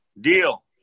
Deal